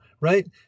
Right